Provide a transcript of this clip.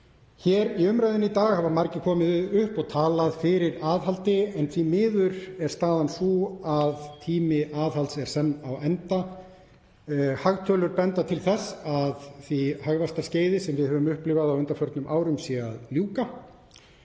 Í umræðunni í dag hafa margir komið upp og talað fyrir aðhaldi en því miður er staðan sú að tími aðhalds er senn á enda. Hagtölur benda til þess að því hagvaxtarskeiði sem við höfum upplifað á undanförnum árum sé að ljúka